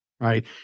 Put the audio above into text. right